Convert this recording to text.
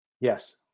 Yes